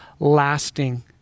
Lasting